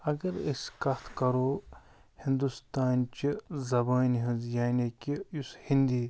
اگر أسۍ کتھ کَرو ہِنٛدوستان چہِ زَبانہٕ ہٕنٛز یعنی کہِ یُس ہیندی